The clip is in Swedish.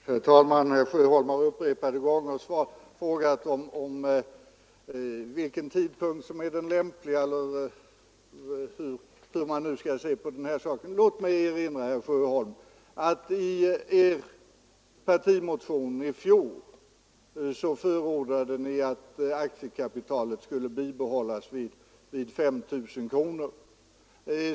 Herr talman! Herr Sjöholm har upprepade gånger frågat vilken tidpunkt som är den lämpliga eller hur man nu skall se på den här saken. Låt mig erinra om, herr Sjöholm, att ni i er partimotion i fjol förordade att aktiekapitalet skulle bibehållas vid 5 000 kronor.